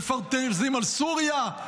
מפנטזים על סוריה.